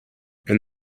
and